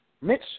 Mitch